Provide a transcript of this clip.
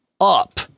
up